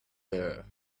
there